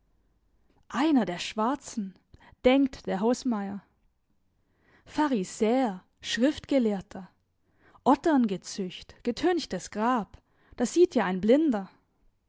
einer der schwarzen denkt der hausmeier pharisäer schriftgelehrter otterngezücht getünchtes grab das sieht ja ein blinder